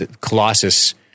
Colossus